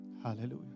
Hallelujah